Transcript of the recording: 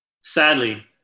Sadly